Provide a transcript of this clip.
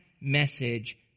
message